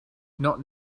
not